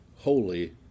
holy